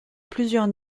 plusieurs